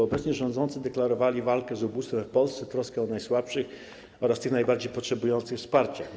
Obecnie rządzący deklarowali walkę z ubóstwem w Polsce, troskę o najsłabszych oraz tych najbardziej potrzebujących wsparcia.